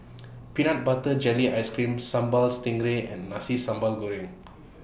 Peanut Butter Jelly Ice Cream Sambal Stingray and Nasi Sambal Goreng